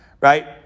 Right